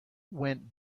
went